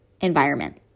environment